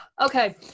okay